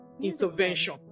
intervention